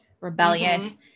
rebellious